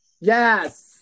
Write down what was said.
Yes